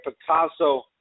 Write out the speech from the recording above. Picasso